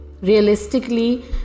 Realistically